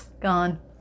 gone